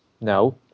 No